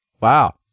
Wow